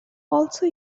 also